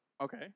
Okay